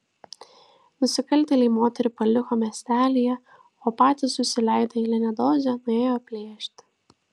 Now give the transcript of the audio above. nusikaltėliai moterį paliko miestelyje o patys susileidę eilinę dozę nuėjo plėšti